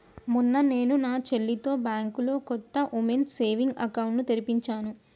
మొన్న నేను నా చెల్లితో బ్యాంకులో కొత్త ఉమెన్స్ సేవింగ్స్ అకౌంట్ ని తెరిపించాను